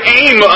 aim